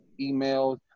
emails